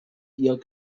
ihr